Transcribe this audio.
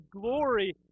glory